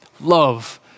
love